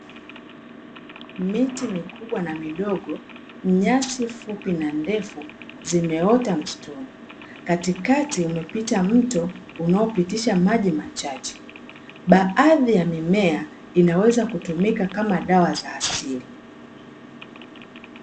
Miti mikubwa na midogo, nyasi fupi na ndefu zimeota msituni, katikati umepita mto unaopitisha maji machache. Baadhi ya mimea inaweza kutumika kama dawa za asili.